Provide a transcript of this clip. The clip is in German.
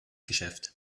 geschäft